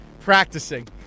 practicing